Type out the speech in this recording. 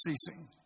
ceasing